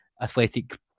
athletic